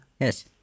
Yes